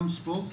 גם ספורט,